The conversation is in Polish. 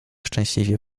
szczęśliwie